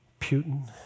Putin